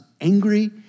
angry